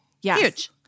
Huge